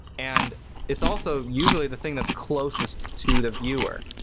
and it's also usually the thing that's closest to the viewer,